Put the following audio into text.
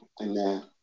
Amen